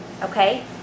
Okay